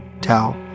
Tao